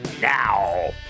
now